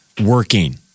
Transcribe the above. working